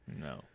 No